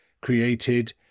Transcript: created